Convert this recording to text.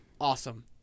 awesome